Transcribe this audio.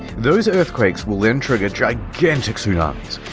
those earthquakes will then trigger gigantic tsunamis,